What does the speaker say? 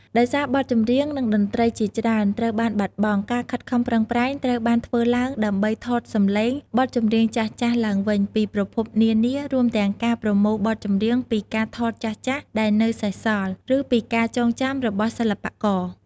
ដោយសារបទចម្រៀង និងតន្ត្រីជាច្រើនត្រូវបានបាត់បង់ ការខិតខំប្រឹងប្រែងត្រូវបានធ្វើឡើងដើម្បី ថតសំឡេង បទចម្រៀងចាស់ៗឡើងវិញពីប្រភពនានា រួមទាំងការប្រមូលបទចម្រៀងពីការថតចាស់ៗដែលនៅសេសសល់ ឬពីការចងចាំរបស់សិល្បករ។